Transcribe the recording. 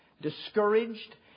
discouraged